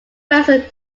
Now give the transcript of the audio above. wilson